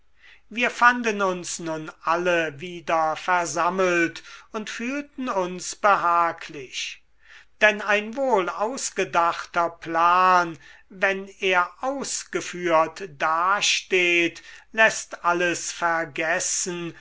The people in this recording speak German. wir fanden uns nun alle wieder versammelt und fühlten uns behaglich denn ein wohlausgedachter plan wenn er ausgeführt dasteht läßt alles vergessen